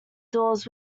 doors